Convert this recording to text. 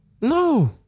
No